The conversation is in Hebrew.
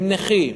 של נכים.